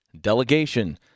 delegation